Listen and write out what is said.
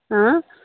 ہاں